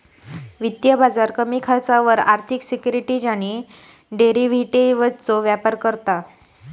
वित्तीय बाजार कमी खर्चावर आर्थिक सिक्युरिटीज आणि डेरिव्हेटिवजचो व्यापार करता